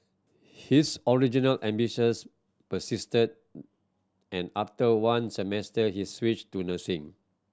his original ambitions persisted and after one semester he switched to nursing